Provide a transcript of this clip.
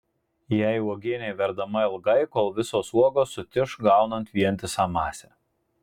jei uogienė verdama ilgai kol visos uogos sutiš gaunant vientisą masę